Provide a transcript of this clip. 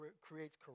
creates